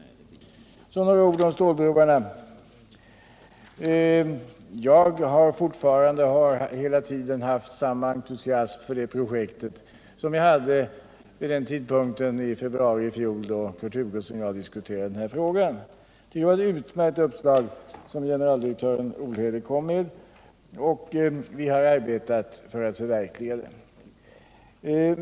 Så några ord om stålbroarna! Jag har fortfarande och har hela tiden hyst samma entusiasm för det projektet som jag hyste i februari i fjol, då Kurt Hugosson och jag diskuterade denna fråga. Jag tycker det var ett utmärkt uppslag som generaldirektören Olhede kom med, och vi har arbetat för att förverkliga det.